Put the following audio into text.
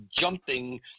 jumping